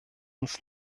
uns